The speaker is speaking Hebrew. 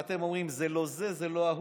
ואתם אומרים: זה לא זה, זה לא ההוא.